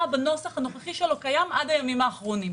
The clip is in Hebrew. בנוסח הנוכחי שלו קיים עד הימים האחרונים.